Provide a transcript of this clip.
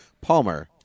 Palmer